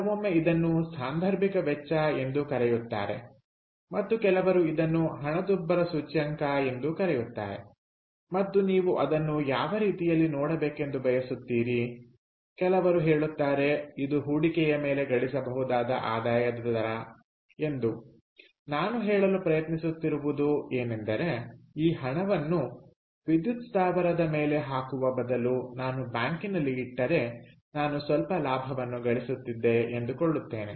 ಕೆಲವೊಮ್ಮೆ ಇದನ್ನು ಸಾಂದರ್ಭಿಕ ವೆಚ್ಚ ಎಂದೂ ಕರೆಯುತ್ತಾರೆ ಮತ್ತು ಕೆಲವರು ಇದನ್ನು ಹಣದುಬ್ಬರ ಸೂಚ್ಯಂಕ ಎಂದೂ ಕರೆಯುತ್ತಾರೆ ಮತ್ತು ನೀವು ಅದನ್ನು ಯಾವ ರೀತಿಯಲ್ಲಿ ನೋಡಬೇಕೆಂದು ಬಯಸುತ್ತೀರಿ ಕೆಲವರು ಹೇಳುತ್ತಾರೆ ಇದು ಹೂಡಿಕೆಯ ಮೇಲೆ ಗಳಿಸಬಹುದಾದ ಆದಾಯದ ದರ ಎಂದು ನಾನು ಹೇಳಲು ಪ್ರಯತ್ನಿಸುತ್ತಿರುವುದು ಏನೆಂದರೆ ಈ ಹಣವನ್ನು ವಿದ್ಯುತ್ ಸ್ಥಾವರದ ಮೇಲೆ ಹಾಕುವ ಬದಲು ನಾನು ಬ್ಯಾಂಕಿನಲ್ಲಿ ಇಟ್ಟರೆ ನಾನು ಸ್ವಲ್ಪ ಲಾಭವನ್ನು ಗಳಿಸುತ್ತಿದ್ದೆ ಎಂದುಕೊಳ್ಳುತ್ತೇನೆ